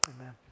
Amen